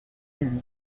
rue